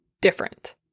different